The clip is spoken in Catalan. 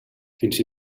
fins